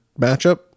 matchup